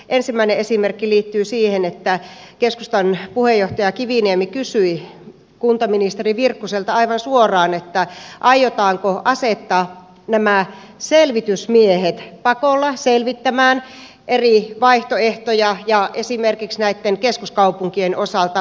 ensimmäinen esimerkki liittyy siihen että keskustan puheenjohtaja kiviniemi kysyi kuntaministeri virkkuselta aivan suoraan aiotaanko asettaa nämä selvitysmiehet pakolla selvittämään eri vaihtoehtoja esimerkiksi näitten keskuskaupunkien osalta